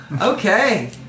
okay